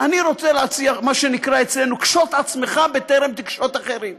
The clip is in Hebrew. אני רוצה להציע מה שנקרא אצלנו קשוט עצמך בטרם תקשוט אחרים,